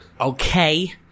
okay